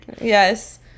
Yes